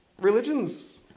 Religions